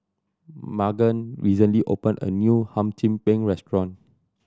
Magan recently opened a new Hum Chim Peng restaurant